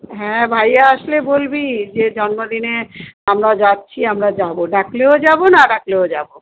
হ্যাঁ ভাইয়া আসলে বলবি যে জন্মদিনে আমরা যাচ্ছি আমরা যাবো ডাকলেও যাবো না ডাকলেও যাবো